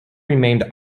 remained